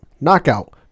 knockout